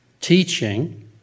teaching